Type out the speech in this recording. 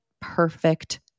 perfect